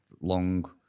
long